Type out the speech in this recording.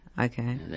Okay